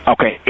Okay